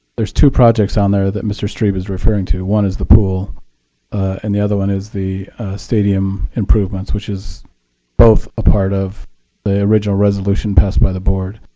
there's two projects on there that mr. strebe is referring to. one is the pool and the other one is the stadium improvements, which is both a part of the original resolution passed by the board.